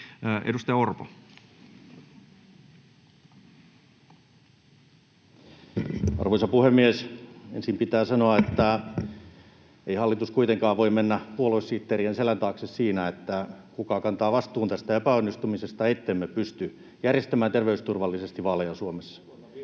Content: Arvoisa puhemies! Ensin pitää sanoa, että ei hallitus kuitenkaan voi mennä puoluesihteerien selän taakse siinä, kuka kantaa vastuun tästä epäonnistumisesta, ettemme pysty järjestämään vaaleja terveysturvallisesti Suomessa.